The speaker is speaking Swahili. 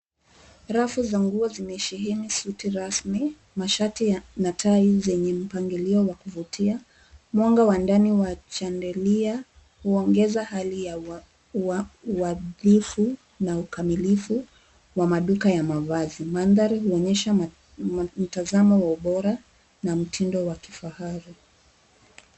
Rafu za nguo zimesheheni suti rasmi, mashati ya na tai zenye mpangilio wa kuvutia. Mwanga wa ndani wa chandelia huongeza hali ya uadhifu na ukamilifu wa maduka ya mavazi. Mandhari huonyesha mtazamo wa ubora na mtindo wa kifahari.